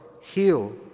heal